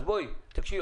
אז בואי, תקשיבי.